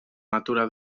natura